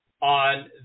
on